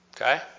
Okay